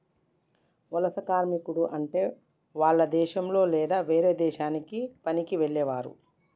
వలస కార్మికుడు అంటే వాల్ల దేశంలొ లేదా వేరే దేశానికి పనికి వెళ్లేవారు